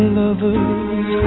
lovers